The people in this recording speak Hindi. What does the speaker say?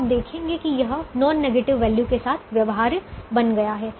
अब आप देखेंगे कि यह नोन नेगेटिव वैल्यू के साथ व्यवहार्य बन गया है